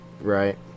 Right